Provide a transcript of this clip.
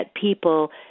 people